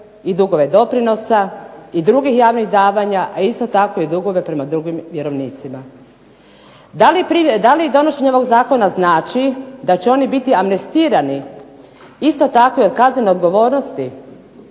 i dugove doprinosa i drugih javnih davanja, a isto tako i dugove prema drugim vjerovnicima. Da li donošenje ovog zakona znači da će oni biti amnestirani isto tako i od kaznene odgovornosti.